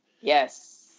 Yes